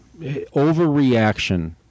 Overreaction